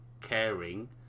caring